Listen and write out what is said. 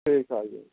ٹھیک ہے آ جائیے